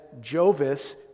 Jovis